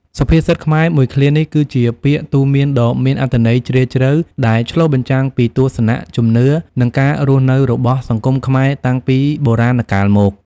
សុភាសិតខ្មែរមួយឃ្លានេះ គឺជាពាក្យទូន្មានដ៏មានអត្ថន័យជ្រាលជ្រៅ ដែលឆ្លុះបញ្ចាំងពីទស្សនៈ ជំនឿ និងការរស់នៅរបស់សង្គមខ្មែរតាំងពីបុរាណកាលមក។